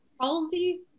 Halsey